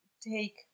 take